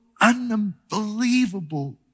unbelievable